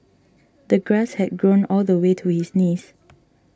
the grass had grown all the way to his knees